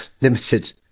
limited